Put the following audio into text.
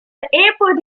airport